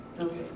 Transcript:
okay